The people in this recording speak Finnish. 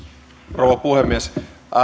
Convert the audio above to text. rouva puhemies